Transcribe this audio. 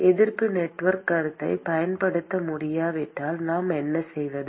எதிர்ப்பு நெட்வொர்க் கருத்தைப் பயன்படுத்த முடியாவிட்டால் நாம் என்ன செய்வது